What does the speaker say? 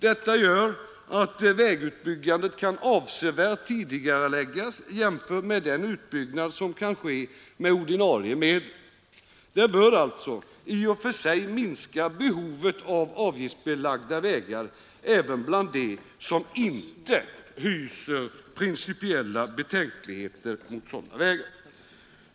Detta gör att vägutbyggandet avsevärt tidigarelägges jämfört med den utbyggnad som kan ske med ordinarie medel. Det bör alltså i och för sig minska behovet av avgiftsbelagda vägar, vilket även de som inte hyser principiella betänkligheter mot sådana vägar borde inse.